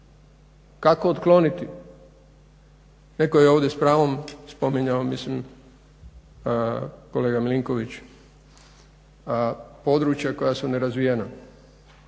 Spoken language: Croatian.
kako otkloniti rekao je ovdje s pravom spominjao mislim kolega MIlinković područja koja su nerazvijena